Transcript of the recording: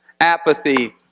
apathy